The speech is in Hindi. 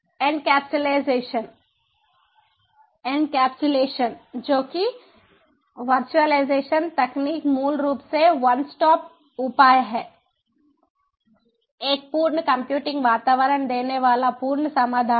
एनकैप्सुलेशन जो कि वर्चुअलाइजेशन तकनीक मूल रूप से वन स्टॉप उपाय है एक पूर्ण कंप्यूटिंग वातावरण देने वाला पूर्ण समाधान है